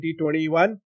2021